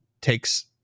takes